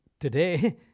Today